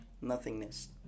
nothingness